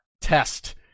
test